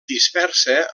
dispersa